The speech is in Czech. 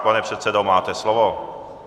Pane předsedo, máte slovo.